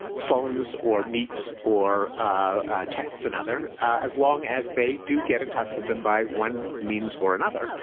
phones or meets or texts another, as long as they do get in touch with them by one means or another.